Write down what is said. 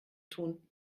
tun